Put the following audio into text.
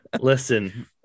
Listen